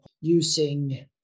using